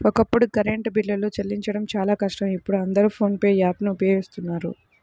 ఒకప్పుడు కరెంటు బిల్లులు చెల్లించడం చాలా కష్టం ఇప్పుడు అందరూ ఫోన్ పే యాప్ ను వినియోగిస్తున్నారు